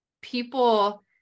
people